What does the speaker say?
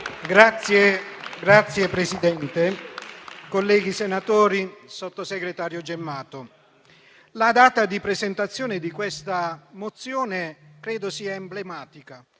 Signor Presidente, colleghi senatori, sottosegretario Gemmato, la data di presentazione di questa mozione credo sia emblematica: